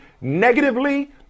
negatively